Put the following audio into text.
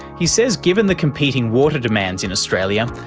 he says given the competing water demands in australia,